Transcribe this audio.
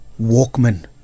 Walkman